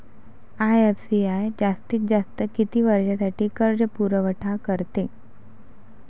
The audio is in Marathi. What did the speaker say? आय.एफ.सी.आय जास्तीत जास्त किती वर्षासाठी कर्जपुरवठा करते?